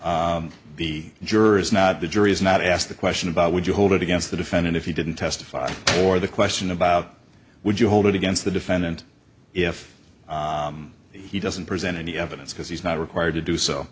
where the jurors not the jury is not asked the question about would you hold it against the defendant if he didn't testify or the question about would you hold it against the defendant if he doesn't present any evidence because he's not required to do so